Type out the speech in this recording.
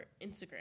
Instagram